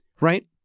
right